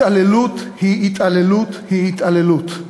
התעללות היא התעללות היא התעללות.